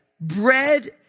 Bread